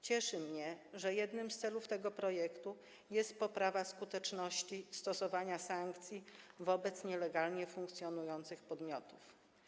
Cieszy mnie, że jednym z celów tego projektu jest poprawa skuteczności stosowania sankcji wobec nielegalnie funkcjonujących podmiotów.